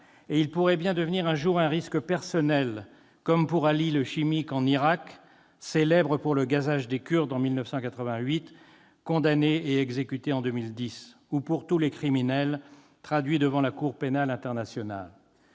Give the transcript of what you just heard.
Et il pourrait bien devenir un jour un risque personnel, comme pour Ali le chimique en Irak, célèbre pour le gazage des Kurdes en 1988, condamné et exécuté en 2010, ou pour tous les criminels traduits devant la Cour pénale internationale.